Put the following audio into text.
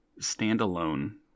standalone